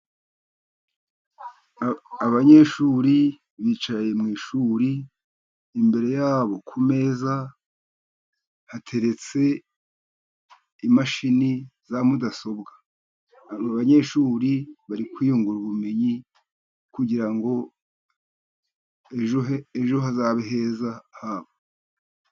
Abanyeshuri bicaye mu ishuri, imbere yabo ku meza hateretse imashini za mudasobwa. Aba banyeshuri bari kwiyungura ubumenyi, kugira ngo ejo habo hazabe heza.